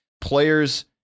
players